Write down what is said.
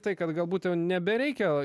tai kad galbūt jau nebereikia